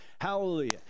hallelujah